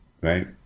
right